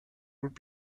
would